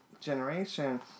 generation